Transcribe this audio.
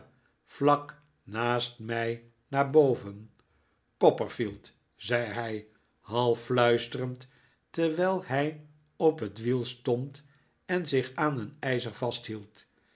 vlak naast mij naar boven copperfield zei hij half fluisterend terwijl hij op het wiel stond en zich aan een ijzer